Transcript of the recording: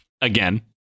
again